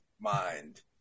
mind